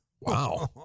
Wow